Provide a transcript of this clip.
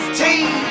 team